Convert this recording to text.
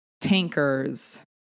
tankers